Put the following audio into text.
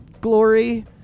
glory